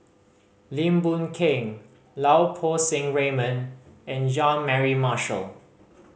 Lim Boon Keng Lau Poo Seng Raymond and Jean Mary Marshall